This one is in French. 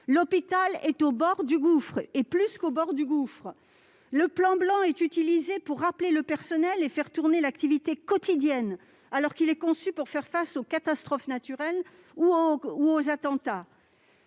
L'hôpital est au bord du gouffre, voire pire. Le plan blanc est utilisé pour rappeler le personnel et assurer l'activité quotidienne, alors qu'il est conçu pour faire face aux catastrophes naturelles ou aux attentats.